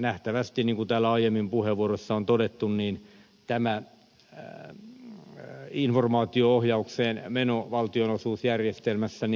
nähtävästi niin kuin täällä aiemmin puheenvuoroissa on todettu tämä informaatio ohjaukseen meno valtionosuusjärjestelmässä